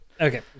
Okay